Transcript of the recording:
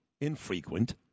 infrequent